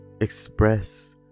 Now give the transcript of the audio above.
express